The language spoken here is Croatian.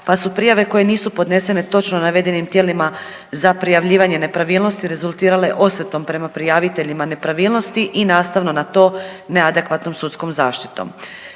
pa su prijave koje nisu podnesene točno navedenim tijelima za prijavljivanje nepravilnosti rezultirale osvetom prema prijaviteljima nepravilnosti i nastavno na to neadekvatnom sudskom zaštitom.